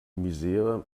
misere